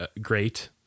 great